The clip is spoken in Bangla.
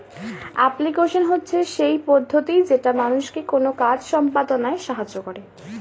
অ্যাপ্লিকেশন হচ্ছে সেই পদ্ধতি যেটা মানুষকে কোনো কাজ সম্পদনায় সাহায্য করে